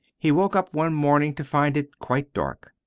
he woke up one morning to find it quite dark.